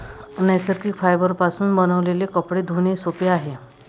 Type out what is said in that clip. नैसर्गिक फायबरपासून बनविलेले कपडे धुणे सोपे आहे